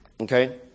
Okay